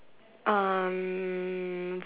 um